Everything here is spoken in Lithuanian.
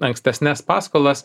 ankstesnes paskolas